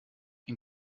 ihn